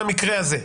על המקרה הזה.